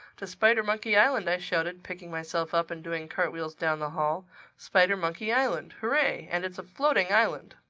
to spidermonkey island! i shouted, picking myself up and doing cart-wheels down the hall spidermonkey island! hooray and it's a floating island!